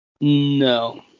no